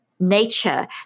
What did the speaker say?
nature